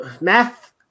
math